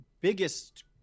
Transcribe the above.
biggest